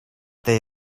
they